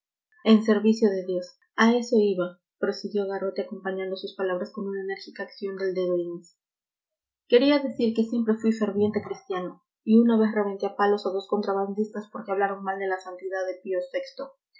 en servicio de dios a eso iba prosiguió garrote acompañando sus palabras con una enérgica acción del dedo índice quería decir que siempre fui ferviente cristiano y una vez reventé a palos a dos contrabandistas porque hablaron mal de la santidad de pío